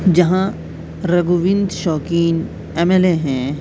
جہاں Raghuvind Shaukeen M L A ہیں